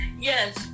yes